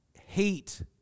hate